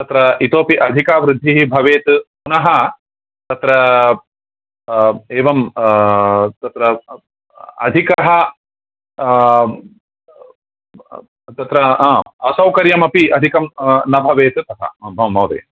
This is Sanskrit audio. तत्र इतोपि अधिका वृद्धिः भवेत् पुनः तत्र एवं तत्र अधिकः तत्र असौकर्यमपि अधिकं न भवेत् तथा महोदय